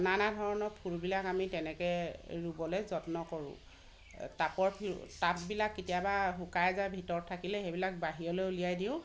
নানা ধৰণৰ ফুলবিলাক আমি তেনেকে ৰুবলে যত্ন কৰোঁ টাবত টাববিলাক কেতিয়াবা শুকাই যায় ভিতৰত থাকিলে সেইবিলাক বাহিৰলৈ উলিয়াই দিওঁ